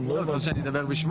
רוצה להגיד,